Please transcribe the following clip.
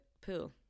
pool